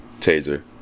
taser